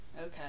Okay